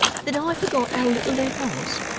that i forgot how little there was,